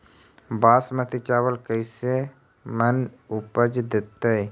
बासमती चावल कैसे मन उपज देतै?